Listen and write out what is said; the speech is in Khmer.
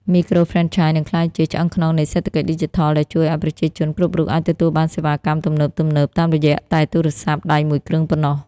មីក្រូហ្វ្រេនឆាយនឹងក្លាយជា "ឆ្អឹងខ្នងនៃសេដ្ឋកិច្ចឌីជីថល" ដែលជួយឱ្យប្រជាជនគ្រប់រូបអាចទទួលបានសេវាកម្មទំនើបៗតាមរយៈតែទូរស័ព្ទដៃមួយគ្រឿងប៉ុណ្ណោះ។